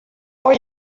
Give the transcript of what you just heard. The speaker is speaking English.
are